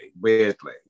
weirdly